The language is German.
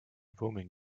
roaming